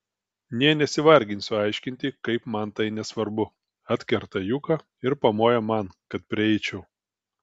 nė nesivarginsiu aiškinti kaip man tai nesvarbu atkerta juka ir pamoja man kad prieičiau